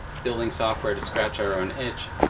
building software to scratch our own itch,